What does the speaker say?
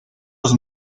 los